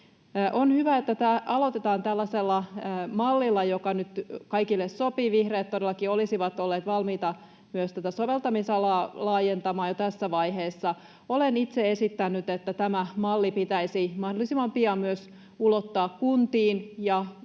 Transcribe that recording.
On hyvä, että tämä aloitetaan tällaisella mallilla, joka nyt kaikille sopii. Vihreät todellakin olisivat olleet valmiita myös tätä soveltamisalaa laajentamaan jo tässä vaiheessa. Olen itse esittänyt, että tämä malli pitäisi mahdollisimman pian myös ulottaa kuntiin ja